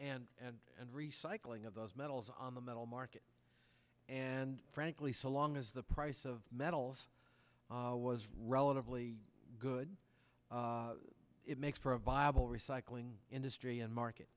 extraction and and recycling of those medals on the metal market and frankly so long as the price of metals was relatively good it makes for a viable recycling industry and market